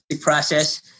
process